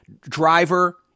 driver